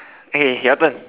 eh your turn